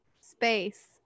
space